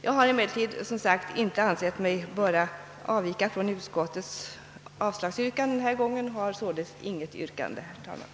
Jag har emellertid, som sagt, inte ansett mig böra avvika från utskottets avslagsyrkande denna gång och har således inget särskilt yrkande, herr talman.